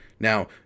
Now